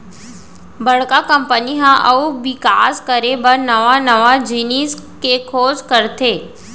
बड़का कंपनी ह अउ बिकास करे बर नवा नवा जिनिस के खोज करथे